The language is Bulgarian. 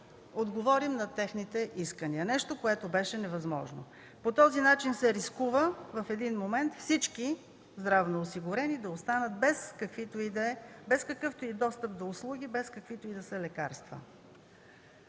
отговорим на техните искания – нещо, което беше невъзможно. По този начин се рискува в един момент всички здравноосигурени да останат без какъвто и да е достъп до услуги, без каквито и да са лекарства.